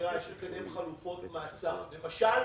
חקירה יש לקדם חלופות מעצר, למשל,